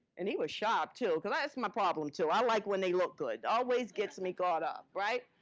and he was sharp too, cause that's my problem too, i like when they look good, always gets me got up, right?